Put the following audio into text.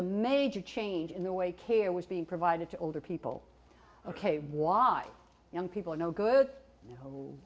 a major change in the way care was being provided to older people ok why young people are no good you know